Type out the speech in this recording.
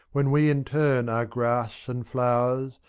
when we in turn are grass and flowers,